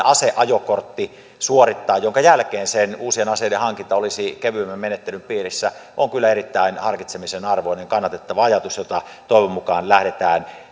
aseajokortin suorittaa minkä jälkeen se uusien aseiden hankinta olisi kevyemmän menettelyn piirissä on kyllä erittäin harkitsemisen arvoinen kannatettava ajatus jota toivon mukaan lähdetään